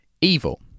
evil